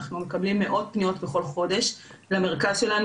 אנחנו מקבלים מאות פניות בכל חודש למרכז שלנו,